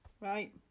right